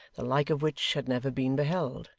the like of which had never been beheld,